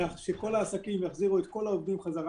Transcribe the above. כך שכל העסקים יחזירו את כל העובדים בחזרה